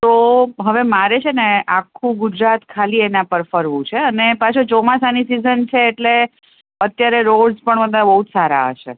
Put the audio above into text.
તો હવે મારે છે ને આખું ગુજરાત ખાલી એના પર ફરવું છે અને પાછો ચોમાસાની સિજન છે એટલે અત્યારે રોડ્સ પણ બધા બહુ જ સારા હશે